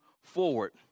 forward